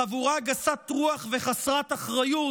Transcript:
חבורה גסת רוח וחסרת אחריות,